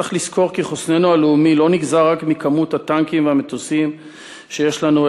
צריך לזכור כי חוסננו הלאומי לא נגזר רק מכמות הטנקים והמטוסים שיש לנו,